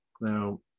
now